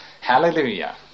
Hallelujah